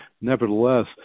nevertheless